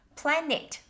planet